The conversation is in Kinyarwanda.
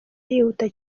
yihuta